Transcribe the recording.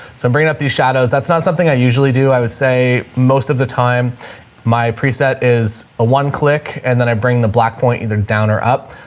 so i'm bringing up these shadows. that's not something i usually do. i would say most of the time my preset is a one click and then i bring the black point either down or up.